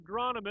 agronomist